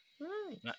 Right